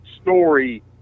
story